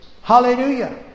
Hallelujah